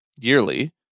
yearly